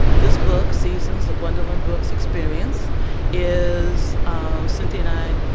this book seasons a gwendolyn brooks experience is cynthia and i,